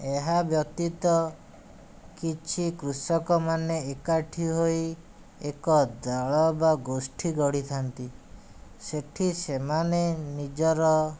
ଏହାବ୍ୟତୀତ କିଛି କୃଷକମାନେ ଏକାଠି ହୋଇ ଏକ ଦଳ ବା ଗୋଷ୍ଠୀ ଗଢ଼ିଥାନ୍ତି ସେଠି ସେମାନେ ନିଜର